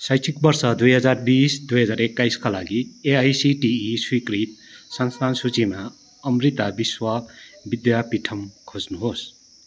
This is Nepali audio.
शैक्षिक वर्ष दुई हजार बिस दुई बजार एक्काइसका लागि एआइसिटिई स्वीकृत संस्थान सूचीमा अमृता विश्व विद्यापीठम् खोज्नुहोस्